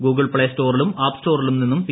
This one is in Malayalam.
ഗൂഗിൾ പ്പേ സ്റ്റോറിലും ആപ്പ് സ്റ്റോറിലും നിന്നും പി